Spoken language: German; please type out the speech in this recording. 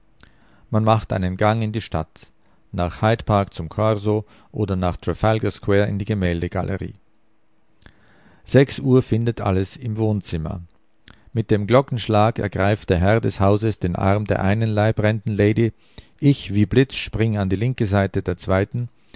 man macht einen gang in die stadt nach hyde park zum korso oder nach trafalgar square in die gemälde galerie sechs uhr findet alles im wohnzimmer mit dem glockenschlag ergreift der herr des hauses den arm der einen leibrenten lady ich wie blitz spring an die linke seite der zweiten